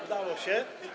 Udało się.